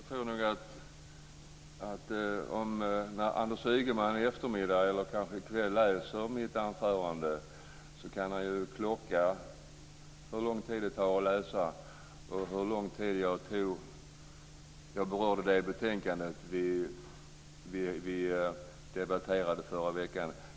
Fru talman! När Anders Ygeman i eftermiddag eller kanske i kväll läser mitt anförande kan han klocka hur lång tid det tar att läsa och hur lång tid jag berörde det betänkande vi debatterade i förra veckan.